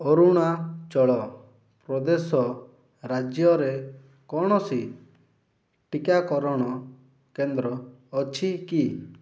ଅରୁଣାଚଳ ପ୍ରଦେଶ ରାଜ୍ୟରେ କୌଣସି ଟିକାକରଣ କେନ୍ଦ୍ର ଅଛି କି